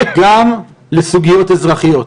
גם לסוגיות אזרחיות.